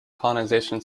colonization